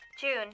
June